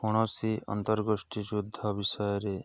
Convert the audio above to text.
କୌଣସି ଅନ୍ତର୍ଗୋଷ୍ଠୀ ଯୁଦ୍ଧ ବିଷୟରେ